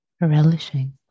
relishing